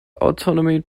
autonomy